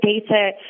data